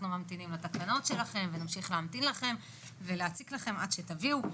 אנחנו ממתינים לתקנות שלכם ונמשיך להמתין לכם ולהציק לכם עד שתביאו.